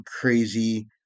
crazy